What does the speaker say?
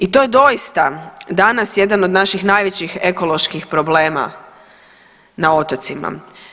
I to je doista danas jedan od naših najvećih ekoloških problema na otocima.